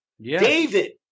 david